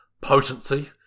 potency